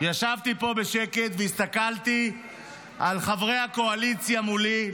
ישבתי פה בשקט והסתכלתי על חברי הקואליציה מולי.